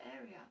area